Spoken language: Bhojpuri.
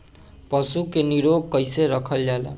पशु के निरोग कईसे रखल जाला?